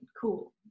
cool